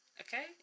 Okay